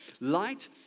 Light